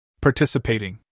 Participating